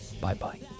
Bye-bye